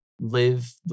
live